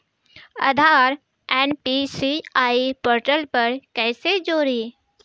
आधार NPCI portal पर कईसे जोड़ी?